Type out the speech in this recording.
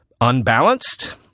unbalanced